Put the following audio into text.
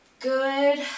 Good